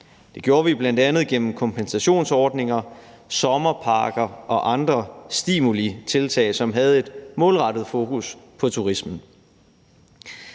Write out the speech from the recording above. Det gjorde vi bl.a. gennem kompensationsordninger, sommerpakker og andre stimulitiltag, som havde et målrettet fokus på turismen.